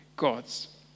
Gods